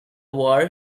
war